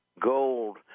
gold